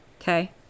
Okay